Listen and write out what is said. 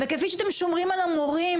וכפי שאתם שומרים על המורים,